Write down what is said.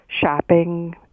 shopping